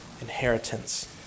inheritance